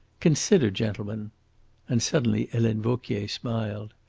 consider, gentlemen and suddenly helene vauquier smiled.